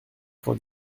qu’en